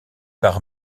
par